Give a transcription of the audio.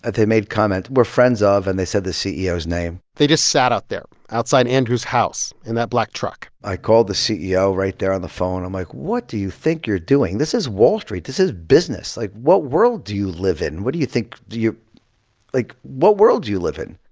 ah they made comments. we're friends of and they said the ceo's name they just sat out there, outside andrew's house in that black truck i called the ceo right there on the phone. i'm like, what do you think you're doing? this is wall street. this is business. like, what world do you live in? and what do you think like, what world do you live in?